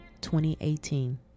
2018